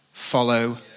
Follow